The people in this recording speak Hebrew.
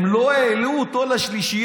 הם לא העלו אותו לשלישייה.